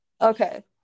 okay